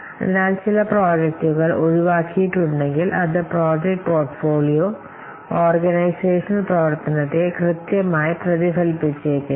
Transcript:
അതിനാൽ അത് ഒരു പരിമിതിയാണ് ചില പ്രോജക്റ്റുകൾ ഒഴിവാക്കിയിട്ടുണ്ടെങ്കിൽ പ്രോജക്റ്റ് പോർട്ട്ഫോളിയോ ഓർഗനൈസേഷണൽ പ്രവർത്തനത്തെ കൃത്യമായി പ്രതിഫലിപ്പിച്ചേക്കില്ല